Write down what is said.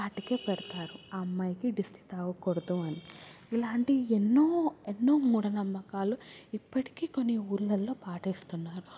కాటిక పెడతారు ఆ అమ్మాయికి దిష్టి తాకకూడదు అని ఇలాంటి ఎన్నో ఎన్నో మూఢ నమ్మకాలు ఇప్పటికి కొన్ని ఊర్లల్లో పాటిస్తున్నారు